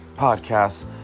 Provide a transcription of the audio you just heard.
podcasts